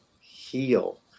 heal